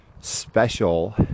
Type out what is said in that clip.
special